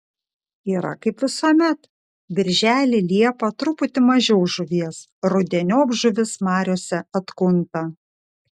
yra kaip visuomet birželį liepą truputį mažiau žuvies rudeniop žuvis mariose atkunta